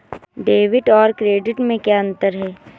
Debit और credit में क्या अंतर है?